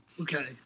okay